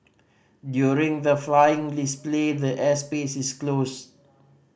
during the flying display the air space is closed